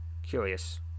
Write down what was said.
Curious